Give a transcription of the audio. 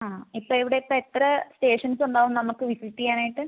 ഇപ്പോൾ ഇവിടെ ഇപ്പോൾ എത്ര സ്റ്റേഷൻസ് ഉണ്ടാവും നമുക്ക് വിസിറ്റ് ചെയ്യാൻ ആയിട്ട്